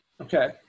Okay